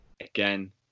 again